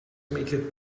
maketh